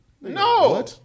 No